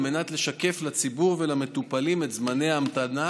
על מנת לשקף לציבור ולמטופלים את זמני ההמתנה,